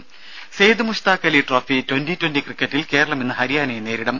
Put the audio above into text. രും Syed Mushtaq Ali trophy twenty twenty ക്രിക്കറ്റിൽ കേരളം ഇന്ന് ഹരിയാനയെ നേരിടും